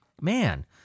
Man